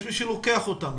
יש מי שלוקח אותם.